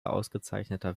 ausgezeichneter